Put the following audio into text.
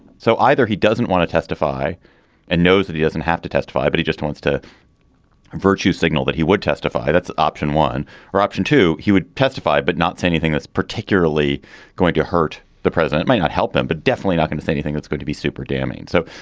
so either he doesn't want to testify and knows that he doesn't have to testify, but he just wants to virtu signal that he would testify. that's option one or option two. he would testify but not say anything that's particularly going to hurt the president might not help them, but definitely not gonna say anything that's going to be super damning. so.